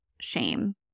shame